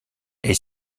est